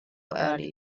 early